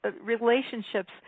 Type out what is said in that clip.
relationships